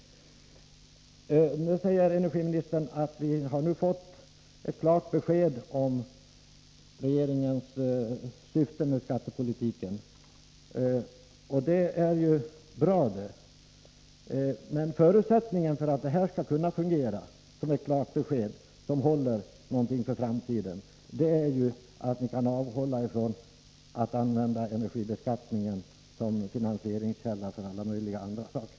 | Energiministern säger att vi nu fått ett klart besked om regeringens syfte med skattepolitiken. Det är bra det. Men förutsättningen för att det här skall fungera som ett klart besked som håller för framtiden är att ni kan avhålla er från att använda energibeskattningen som finansieringskälla för alla möjliga andra saker.